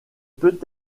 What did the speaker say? peut